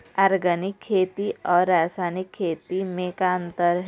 Organic खेती अउ रासायनिक खेती म का अंतर हे?